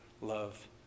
love